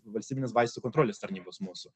valstybinės vaistų kontrolės tarnybos mūsų